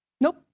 Nope